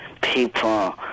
people